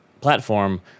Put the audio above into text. platform –